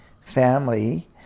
family